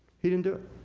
he didn't do it.